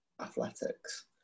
athletics